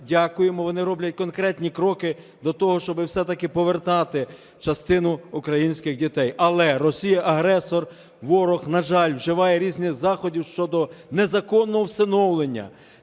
вони роблять конкретні кроки до того, щоб все-таки повертати частину українських дітей. Але Росія – агресор, ворог, на жаль, вживає різних заходів щодо незаконного всиновлення,